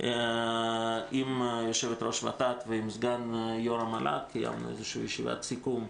עם יושבת-ראש ות"ת ועם סגן יושב-ראש המל"ג כשקיימנו ישיבת סיכום.